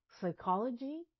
psychology